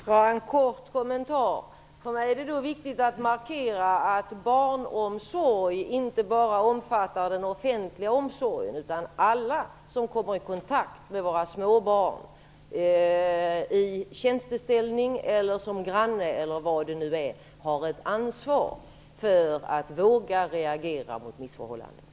Herr talman! Jag vill bara göra en kort kommentar. För mig är det viktigt att markera att barnomsorg inte bara omfattar den offentliga omsorgen. Alla som kommer i kontakt med småbarn - i tjänsteställning, som granne eller vad det nu är - har ett ansvar för att våga reagera mot missförhållanden.